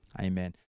Amen